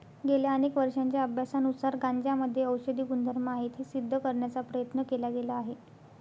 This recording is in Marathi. गेल्या अनेक वर्षांच्या अभ्यासानुसार गांजामध्ये औषधी गुणधर्म आहेत हे सिद्ध करण्याचा प्रयत्न केला गेला आहे